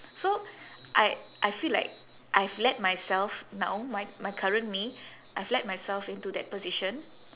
so I I feel like I've let myself now my my current me I've led myself into that position